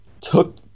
took